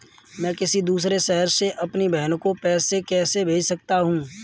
मैं किसी दूसरे शहर से अपनी बहन को पैसे कैसे भेज सकता हूँ?